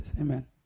Amen